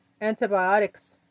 antibiotics